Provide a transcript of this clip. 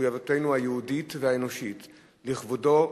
ממחויבותנו היהודית והאנושית לכבודו,